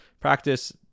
practice